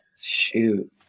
Shoot